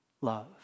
love